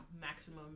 maximum